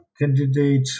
candidate